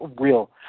real